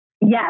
Yes